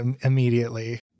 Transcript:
immediately